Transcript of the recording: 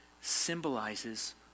symbolizes